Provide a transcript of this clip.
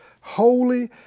holy